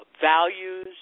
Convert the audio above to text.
values